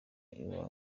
iwanjye